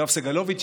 יואב סגלוביץ',